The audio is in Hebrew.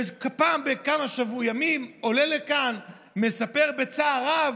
פעם בכמה ימים היה עולה כאן ומספר בצער רב: